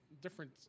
different